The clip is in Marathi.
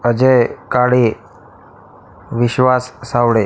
अजय काळे विश्वास सावळे